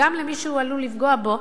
וגם של מי שהוא עלול לפגוע בו,